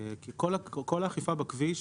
כל האכיפה בכביש,